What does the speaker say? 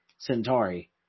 centauri